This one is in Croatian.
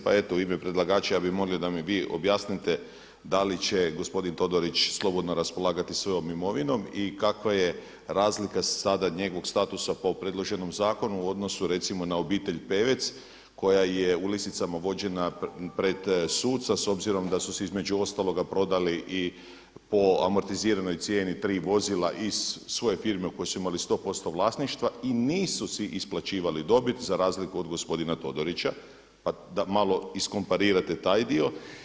Pa eto u ime predlagača ja bih molio da mi vi objasnite da li će gospodin Todorić slobodno raspolagati svojom imovinom i kakva je razlika sada njegovog statusa po predloženom zakonu u odnosu recimo na obitelj Pevec koja je u lisicama vođena pred suca s obzirom da su si između ostaloga prodali i po amortiziranoj cijeni tri vozila iz svoje firme u kojoj su imali 100% vlasništva i nisu si isplaćivali dobit za razliku od gospodina Todorića, pa da malo iskomparirate taj dio.